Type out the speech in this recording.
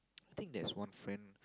I think there is one friend